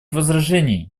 возражений